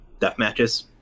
deathmatches